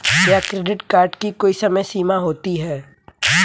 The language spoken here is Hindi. क्या क्रेडिट कार्ड की कोई समय सीमा होती है?